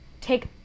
take